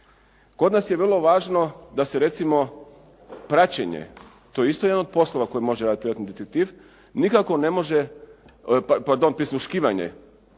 Kod nas je vrlo važno da se recimo praćenje, to je isto jedan od poslova koje može raditi privatni detektiv, ne može, pardon prisluškivanje